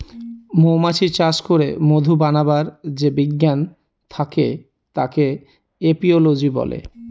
মৌমাছি চাষ করে মধু বানাবার যে বিজ্ঞান থাকে তাকে এপিওলোজি বলে